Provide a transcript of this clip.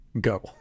go